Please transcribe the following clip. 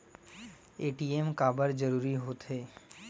ATM काबर जरूरी हो थे?